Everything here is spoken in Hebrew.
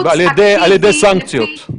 על ידי סנקציות.